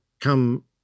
come